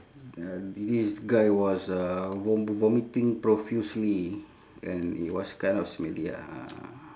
uh this guy was uh vom~ vomiting profusely and it was kind of smelly ah